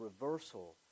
reversal